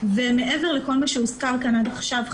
ומעבר לכל מה שהוזכר כאן עד עכשיו,